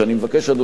אדוני היושב-ראש,